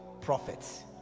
prophets